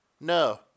No